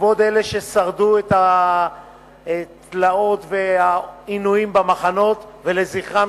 לכבוד אלה ששרדו את התלאות והעינויים במחנות ולזכרם